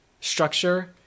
structure